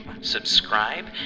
subscribe